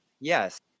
Yes